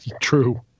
True